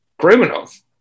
criminals